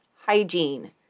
hygiene